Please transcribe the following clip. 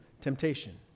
temptation